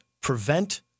prevent